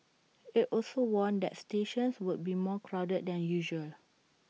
IT also warned that stations would be more crowded than usual